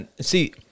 See